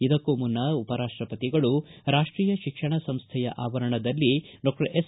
ಇದಕ್ಕೂ ಮುನ್ನ ಉಪರಾಷ್ಟಪತಿಗಳು ರಾಷ್ಟೀಯ ಶಿಕ್ಷಣ ಸಂಸ್ಥೆಯ ಆವರಣದಲ್ಲಿ ಡಾಕ್ಟರ್ ಎಸ್